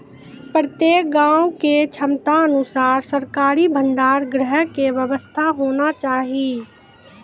प्रत्येक गाँव के क्षमता अनुसार सरकारी भंडार गृह के व्यवस्था होना चाहिए?